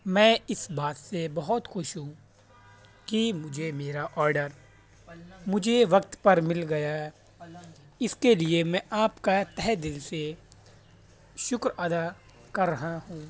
میں اس بات سے بہت خوش ہوں کہ مجھے میرا آڈر مجھے وقت پر مل گیا اس کے لیے میں آپ کا تہہ دل سے شکر ادا کر رہا ہوں